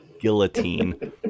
guillotine